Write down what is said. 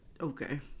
okay